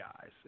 guys